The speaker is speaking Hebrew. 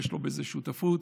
יש לו בזה שותפות,